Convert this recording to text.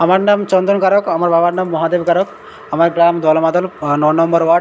আমার নাম চন্দন কারক আমার বাবার নাম মহাদেব কারক আমার গ্রাম দলমাদল নয় নম্বর ওয়ার্ড